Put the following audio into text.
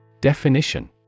Definition